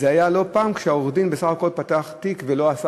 זה היה לא פעם כשעורך-הדין בסך הכול פתח תיק ולא עשה